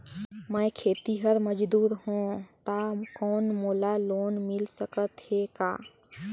मैं खेतिहर मजदूर हों ता कौन मोला लोन मिल सकत हे का?